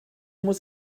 muss